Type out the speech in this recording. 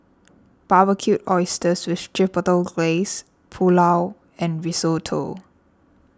Barbecued Oysters with Chipotle Glaze Pulao and Risotto